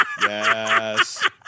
Yes